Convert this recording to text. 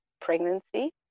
pregnancy